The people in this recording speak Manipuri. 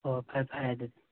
ꯑꯣ ꯐꯔꯦ ꯐꯔꯦ ꯑꯗꯨꯗꯤ